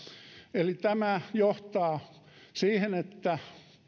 eli tämä johtaa siihen että